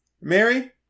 Mary